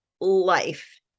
life